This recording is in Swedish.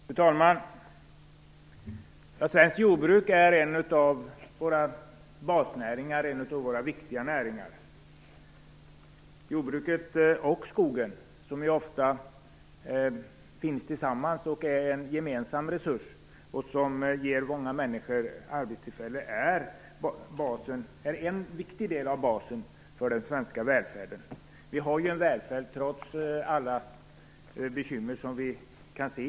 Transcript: Fru talman! Svenskt jordbruk är en av våra basnäringar, en av våra viktiga näringar. Jordbruket och skogen, som ju ofta finns tillsammans och är en gemensam resurs som ger många arbetstillfällen, utgör en viktig del av basen för den svenska välfärden. Vi har ju en välfärd, trots alla bekymmer som vi kan se.